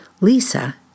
Lisa